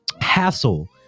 hassle